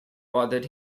bothered